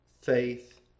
faith